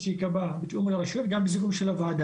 אבל אני מבקש שבדיונים האלה תמיד יהיה נציג של משרד האוצר בנושא הזה.